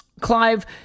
Clive